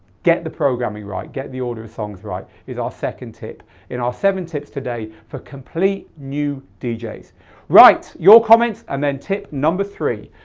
get the programming right, get the order of songs right is our second tip in our seven tips today for complete new djs. right, your comments and then tip number three.